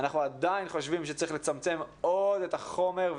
אנחנו עדיין חושבים שצריך לצמצם עוד את החומר,